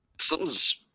Something's